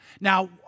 Now